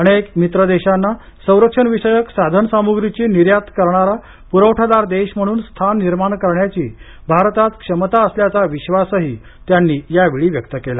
अनेक मित्र देशांना संरक्षणविषयक साधन सामुग्रीची निर्यात करण्यारा पुरवठादार देश म्हणून स्थान निर्माण करण्याची भारतात क्षमता असल्याचा विश्वासही त्यांनी यावेळी व्यक्त केला